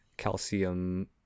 calcium